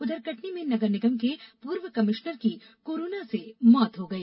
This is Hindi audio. उधर कटनी में नगर निगम के पूर्व कमिश्नर की कोरोना से मौत हो गई